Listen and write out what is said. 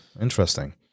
Interesting